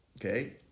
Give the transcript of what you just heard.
Okay